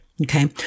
okay